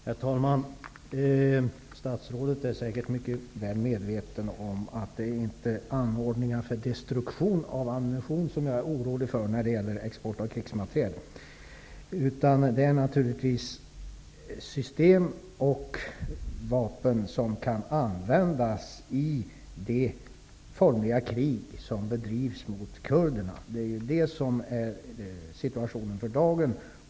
Herr talman! Statsrådet är säkert mycket väl medveten om att det inte är anordningar för destruktion av ammunition som jag är orolig för när det gäller export av krigsmateriel. Det gäller naturligtvis system och vapen som kan användas i det formliga krig som bedrivs mot kurderna. Detta är situationen för dagen.